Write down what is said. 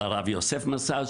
של הרב יוסף משאש,